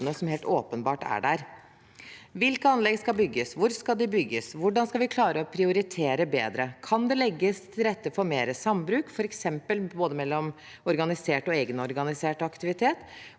som helt åpenbart er der. Hvilke anlegg skal bygges? Hvor skal de bygges? Hvordan skal vi klare å prioritere bedre? Kan det legges til rette for mer sambruk, f.eks. mellom organisert og egenorganisert aktivitet?